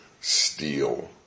steal